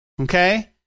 Okay